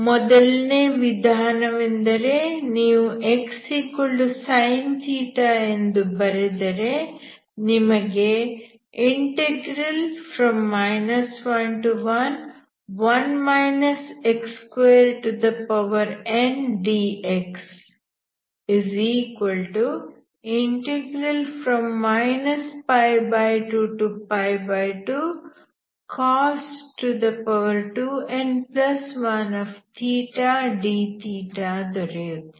ಮೊದಲನೇ ವಿಧಾನವೆಂದರೆ ನೀವು xsin ಎಂದು ಬರೆದರೆ ನಿಮಗೆ 11ndx 22cos2n1θ dθ ದೊರೆಯುತ್ತದೆ